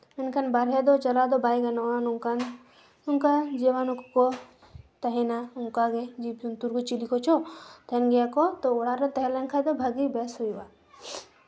ᱢᱮᱱᱠᱷᱟᱱ ᱵᱟᱦᱨᱮ ᱫᱚ ᱪᱟᱞᱟᱣ ᱫᱚ ᱵᱟᱭ ᱜᱟᱱᱚᱜᱼᱟ ᱱᱚᱝᱠᱟᱱ ᱚᱱᱠᱟ ᱦᱤᱵᱟᱱᱩ ᱠᱚᱠᱚ ᱛᱟᱦᱮᱱᱟ ᱚᱱᱠᱟᱜᱮ ᱡᱤᱵᱽᱼᱡᱚᱱᱛᱩᱨ ᱠᱚ ᱪᱤᱞᱤ ᱠᱚᱪᱚ ᱛᱟᱦᱮᱱ ᱜᱮᱭᱟ ᱠᱚ ᱛᱚ ᱚᱲᱟᱜ ᱨᱮ ᱛᱟᱦᱮᱸ ᱞᱮᱱᱠᱷᱟᱡ ᱫᱚ ᱵᱷᱟᱜᱮ ᱵᱮᱥ ᱦᱩᱭᱩᱜᱼᱟ